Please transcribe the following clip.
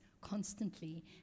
constantly